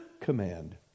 command